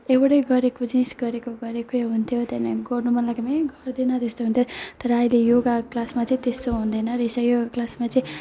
एउटै गरेको चिज गरेको गरेकै हुन्थ्यो त्यहाँदेखिको गर्न मन लागेन है ए गर्दिनँ त्यस्तो हुन्थ्यो तर अहिले योगा क्लासमा चाहिँ त्यस्तो हुँदैन रहेछ योगा क्लासमा चाहिँ